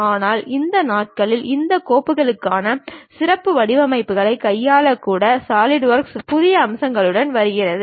ஆனால் இந்த நாட்களில் இந்த கோப்புகளுக்கான சிறப்பு வடிவங்களை கையாள கூட சாலிட்வொர்க்ஸ் புதிய அம்சங்களுடன் வருகிறது